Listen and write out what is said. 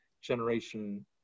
generation